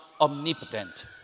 omnipotent